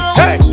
hey